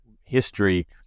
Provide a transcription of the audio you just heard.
history